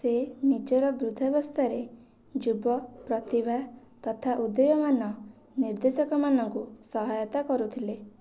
ସେ ନିଜର ବୃଦ୍ଧାବସ୍ଥାରେ ଯୁବ ପ୍ରତିଭା ତଥା ଉଦୀୟମାନ ନିର୍ଦ୍ଦେଶକମାନଙ୍କୁ ସହାୟତା କରୁଥିଲେ